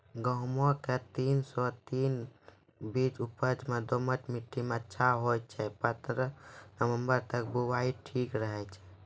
गेहूँम के तीन सौ तीन बीज उपज मे दोमट मिट्टी मे अच्छा होय छै, पन्द्रह नवंबर तक बुआई ठीक रहै छै